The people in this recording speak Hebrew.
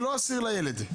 זה לא אסיר לילד.